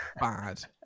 bad